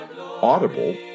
Audible